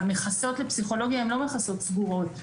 המכסות לפסיכולוגיה הן לא מכסות סגורות.